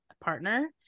partner